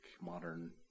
modern